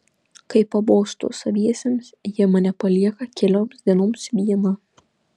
kai pabostu saviesiems jie mane palieka kelioms dienoms vieną